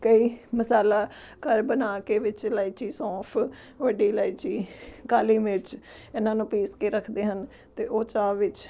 ਕਈ ਮਸਾਲਾ ਘਰ ਬਣਾ ਕੇ ਵਿੱਚ ਇਲਾਇਚੀ ਸੌਂਫ ਵੱਡੀ ਇਲਾਇਚੀ ਕਾਲੀ ਮਿਰਚ ਇਹਨਾਂ ਨੂੰ ਪੀਸ ਕੇ ਰੱਖਦੇ ਹਨ ਅਤੇ ਉਹ ਚਾਹ ਵਿੱਚ